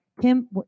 Kim